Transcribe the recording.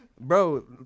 Bro